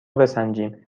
بسنجیم